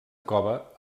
cova